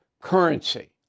currency